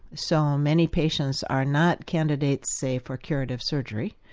so many patients are not candidates, say, for curative surgery.